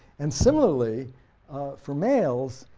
and similarly for males,